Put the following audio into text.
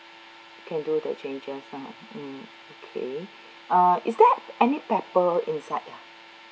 can do the changes ah mm okay uh is there any pepper inside ah